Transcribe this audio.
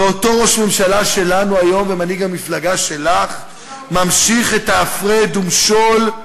ואותו ראש ממשלה שלנו היום ומנהיג המפלגה שלך ממשיך את ה"הפרד ומשול"